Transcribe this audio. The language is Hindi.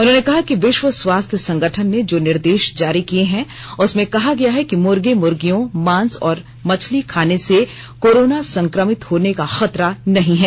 उन्होंने कहा कि विश्व स्वास्थ्य संगठन ने जो निर्देश जारी किए हैं उसमें कहा गया है कि मुर्गे मुर्गियों मांस और मछली के खाने से कोरोना संक्रमित होने का खतरा नहीं है